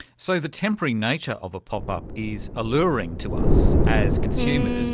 so the temporary nature of a pop-up is alluring to us as consumers.